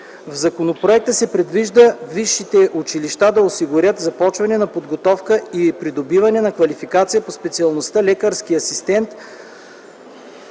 В законопроекта се предвижда висшите училища да осигурят започване на подготовка и придобиване на квалификация по специалността „лекарски асистент”